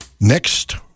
next